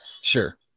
sure